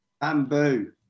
Bamboo